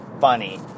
funny